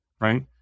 right